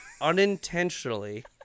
unintentionally